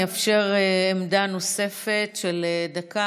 אני אאפשר עמדה נוספת של דקה.